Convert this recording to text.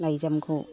लाइजामखौ